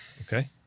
Okay